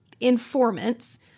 informants